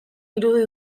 irudi